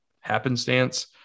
happenstance